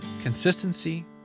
consistency